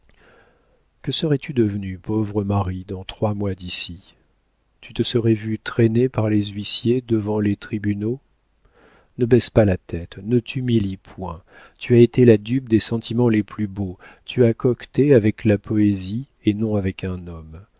que serais-tu devenue pauvre marie dans trois mois d'ici tu te serais vue traînée par les huissiers devant les tribunaux ne baisse pas la tête ne t'humilie point tu as été la dupe des sentiments les plus beaux tu as coqueté avec la poésie et non avec un homme